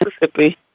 Mississippi